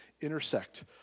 intersect